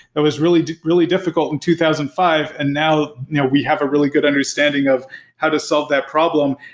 it was really really difficult in two thousand and five, and now now we have a really good understanding of how to solve that problem.